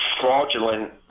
Fraudulent